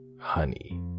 honey